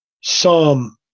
Psalm